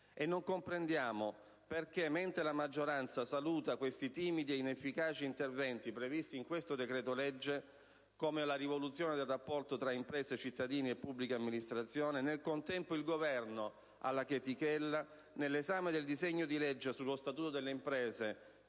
Non comprendiamo il motivo per cui, mentre la maggioranza saluta alcuni timidi e inefficaci interventi previsti in questo decreto-legge come la rivoluzione del rapporto tra imprese, cittadini e pubblica amministrazione, nel contempo il Governo, alla chetichella, nel corso dell'esame del disegno di legge sullo statuto delle imprese